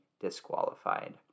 disqualified